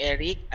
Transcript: Eric